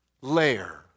layer